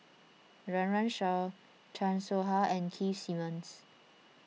Run Run Shaw Chan Soh Ha and Keith Simmons